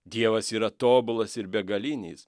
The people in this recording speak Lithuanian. dievas yra tobulas ir begalinis